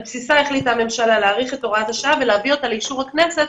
על בסיסה החליטה הממשלה להאריך את הוראת השעה ולהביא אותה לאישור הכנסת.